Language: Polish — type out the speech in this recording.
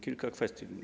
Kilka kwestii.